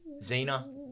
Zena